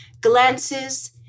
glances